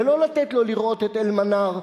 ולא לתת לו לראות את "אל-מנאר",